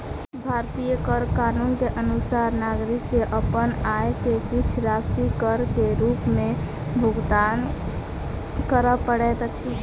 भारतीय कर कानून के अनुसार नागरिक के अपन आय के किछ राशि कर के रूप में भुगतान करअ पड़ैत अछि